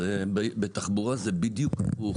בתחבורה זה בדיוק הפוך.